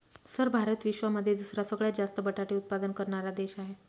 sir Bharat विश्वामध्ये दुसरा सगळ्यात जास्त बटाटे उत्पादन करणारा देश आहे